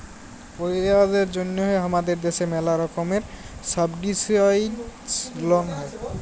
পড়ুয়াদের জন্যহে হামাদের দ্যাশে ম্যালা রকমের সাবসিডাইসদ লন হ্যয়